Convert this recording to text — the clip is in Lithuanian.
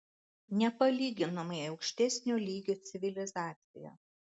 nepalyginamai aukštesnio lygio civilizacija